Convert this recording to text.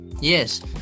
Yes